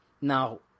Now